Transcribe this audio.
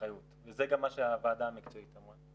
באחריות וזה גם מה שהוועדה המקצועית אמרה,